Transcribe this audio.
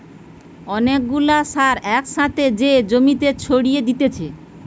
অনেক গুলা সার এক সাথে যে জমিতে ছড়িয়ে দিতেছে